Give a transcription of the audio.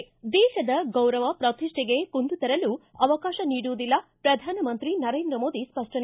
ಿ ದೇಶದ ಗೌರವ ಪ್ರತಿಷ್ಠೆಗೆ ಕುಂದು ತರಲು ಅವಕಾಶ ನೀಡುವುದಿಲ್ಲ ಪ್ರಧಾನಮಂತ್ರಿ ನರೇಂದ್ರ ಮೋದಿ ಸ್ವಪ್ಟನೆ